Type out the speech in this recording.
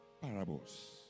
parables